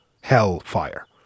hellfire